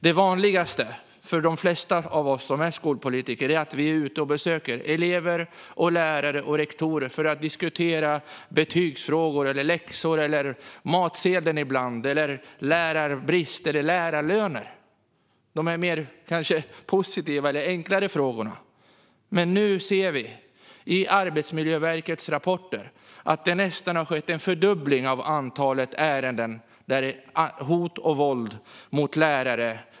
Det vanligaste för de flesta av oss skolpolitiker är att vi är ute och besöker elever, lärare och rektorer för att diskutera betygsfrågor, läxor, ibland matsedeln, lärarbrist eller lärarlöner - de kanske positivare och enklare frågorna. Nu ser vi i Arbetsmiljöverkets rapporter att det nästan har skett en fördubbling av antalet ärenden om hot och våld mot lärare.